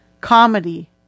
Comedy